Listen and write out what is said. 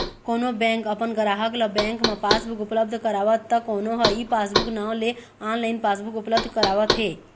कोनो बेंक अपन गराहक ल बेंक म पासबुक उपलब्ध करावत त कोनो ह ई पासबूक नांव ले ऑनलाइन पासबुक उपलब्ध करावत हे